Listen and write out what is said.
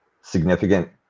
significant